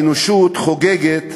האנושות חוגגת